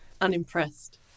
Unimpressed